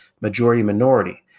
majority-minority